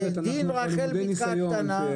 אנחנו למודי ניסיון.